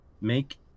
Make